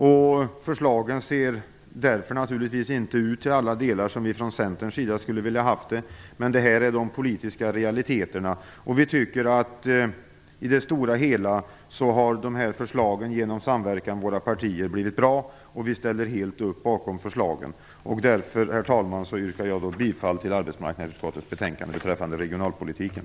Därför ser naturligtvis inte förslagen till alla delar ut som vi från Centerns sida skulle ha velat, men detta är de politiska realiteterna. Vi tycker att förslagen som tagits fram i samverkan mellan våra partier i det stora hela har blivit bra, och vi ställer helt upp på förslagen. Därför, herr talman, yrkar jag bifall till hemställan i arbetsmarknadsutskottets betänkande beträffande regionalpolitiken.